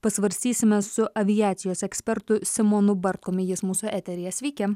pasvarstysime su aviacijos ekspertu simonu bartkumi jis mūsų eteryje sveiki